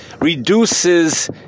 reduces